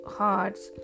hearts